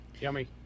Yummy